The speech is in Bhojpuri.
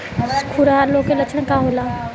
खुरहा रोग के लक्षण का होला?